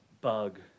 bug